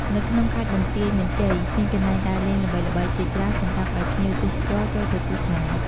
នៅក្នុងខេត្តបន្ទាយមានជ័យ មានកន្លែងដើរលេងល្បីៗជាច្រើនសម្រាប់ឲ្យភ្ញៀវទេសចរណ៌ចូលទៅទស្សនា។